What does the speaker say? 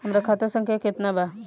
हमरा खाता संख्या केतना बा?